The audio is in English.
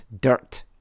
dirt